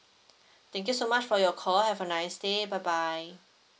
thank you so much for your call have a nice day bye bye